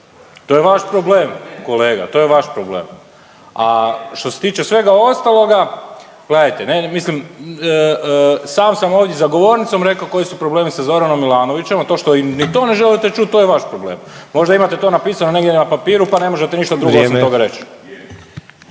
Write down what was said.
to je vaš problem kolega, to je vaš problem. A što se tiče svega ostaloga gledajte ne, mislim sam sam ovdje za govornicom rekao koji su problemi sa Zoranom Milanovićem, a to što ni tone želite čuti to je vaš problem. Možda imate to napisano negdje na papiru pa ne možete ništa drugo …/Upadica: